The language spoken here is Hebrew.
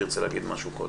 תרצה להגיד משהו קודם.